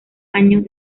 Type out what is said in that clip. años